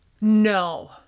No